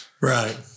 Right